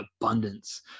abundance